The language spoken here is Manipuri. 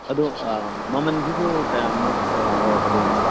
ꯑꯗꯨ ꯃꯃꯜꯁꯤꯕꯨ ꯀꯌꯥꯃꯨꯛ ꯑꯣꯏꯔꯛꯀꯗꯣꯏꯅꯣ